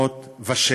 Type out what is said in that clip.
ב-1306?